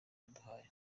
yaduhaye